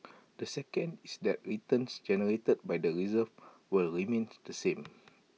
the second is that returns generated by the reserves will remain the same